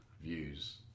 views